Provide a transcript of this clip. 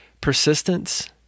persistence